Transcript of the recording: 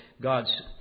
God's